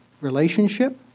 relationship